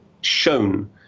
shown